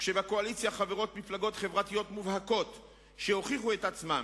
וכשבקואליציה חברות מפלגות חברתיות מובהקות שהוכיחו את עצמן